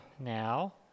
now